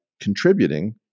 contributing